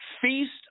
feast